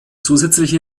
zusätzliche